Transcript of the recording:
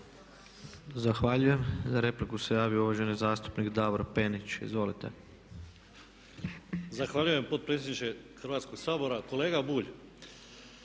Zahvaljujem. Za repliku se javio uvaženi zastupnik Davor Penić. Izvolite. **Penić, Davor (SDP)** Zahvaljujem potpredsjedniče Hrvatskog sabora. Kolega Bulj,